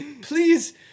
Please